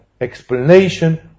explanation